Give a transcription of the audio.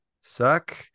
suck